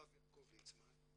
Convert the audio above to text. הרב יעקב ליצמן,